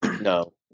No